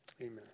Amen